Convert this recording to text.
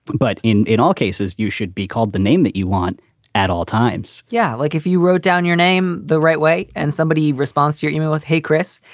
but in in all cases, you should be called the name that you want at all times yeah, like if you wrote down your name the right way and somebody response to your email. hey, chris.